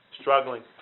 struggling